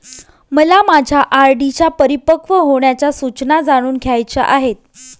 मला माझ्या आर.डी च्या परिपक्व होण्याच्या सूचना जाणून घ्यायच्या आहेत